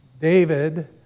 David